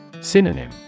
Synonym